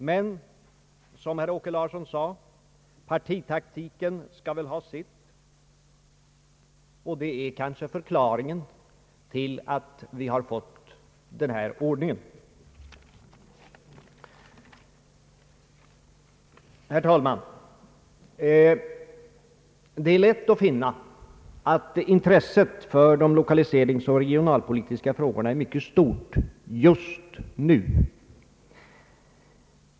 Men, som herr Åke Larsson sade: Partitaktiken skall väl ha sitt. Det är kanske förklaringen till att vi har fått den här ordningen. Herr talman! Det är lätt att finna tecken på att intresset för de lokaliseringsoch regionalpolitiska frågorna är mycket stort just nu.